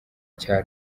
cya